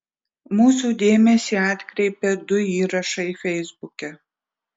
mūsų dėmesį atkreipė du įrašai feisbuke